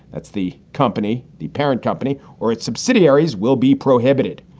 that's the company, the parent company or its subsidiaries will be prohibited.